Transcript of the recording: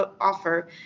offer